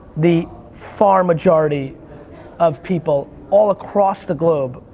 the far majority of people, all across the globe.